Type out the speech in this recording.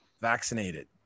vaccinated